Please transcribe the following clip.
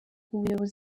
ubuyobozi